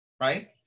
right